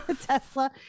Tesla